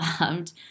loved